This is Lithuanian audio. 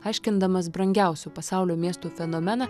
aiškindamas brangiausių pasaulio miestų fenomeną